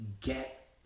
get